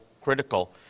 critical